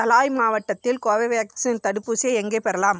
தலாய் மாவட்டத்தில் கோவேவேக்சின் தடுப்பூசியை எங்கே பெறலாம்